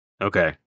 Okay